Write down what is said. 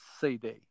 CD